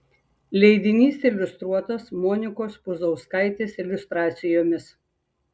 leidinys iliustruotas monikos puzauskaitės iliustracijomis